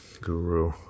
guru